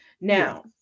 Now